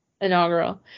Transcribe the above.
inaugural